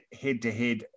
head-to-head